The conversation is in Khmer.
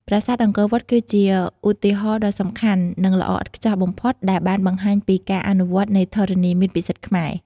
ប្រាសាទអង្គរវត្តគឺជាឧទាហរណ៍ដ៏សំខាន់និងល្អឥតខ្ចោះបំផុតដែលបានបង្ហាញពីការអនុវត្តនៃធរណីមាត្រពិសិដ្ឋខ្មែរ។